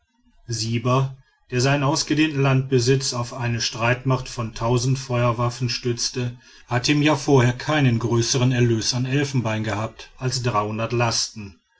siber der seinen ausgedehnten landbesitz auf eine streitmacht von feuerwaffen stützte hatte im jahr vorher keinen größern erlös an elfenbein gehabt als lasten